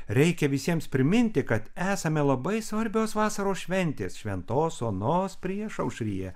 reikia visiems priminti kad esame labai svarbios vasaros šventės šventos onos priešaušryje